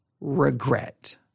regret